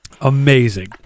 Amazing